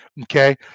Okay